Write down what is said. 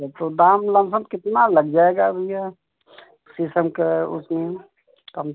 वैसे दाम लगभग कितना लग जाएगा भैया शीशम का उसमें कम